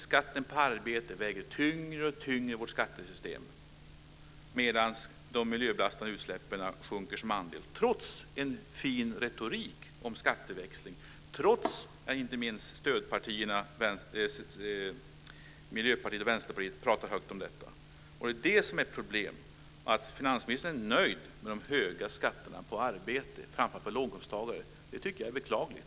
Skatten på arbete väger tyngre och tyngre i vårt skattesystem samtidigt som andelen skatter på miljöbelastande utsläpp sjunker trots en fin retorik om skatteväxling och trots att stödpartierna, Miljöpartiet och Vänstern, pratar högt om detta. Det är det som är ett problem. Att finansministern är nöjd med de höga skatterna på arbete, framför allt för låginkomsttagare, tycker jag är beklagligt.